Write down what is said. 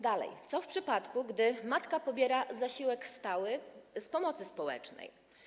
Dalej, co w przypadku, gdy matka pobiera zasiłek stały z pomocy społecznej?